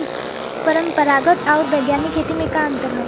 परंपरागत आऊर वैज्ञानिक खेती में का अंतर ह?